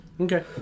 Okay